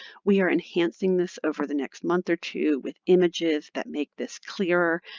we are enhancing this over the next month or two with images that make this clearer,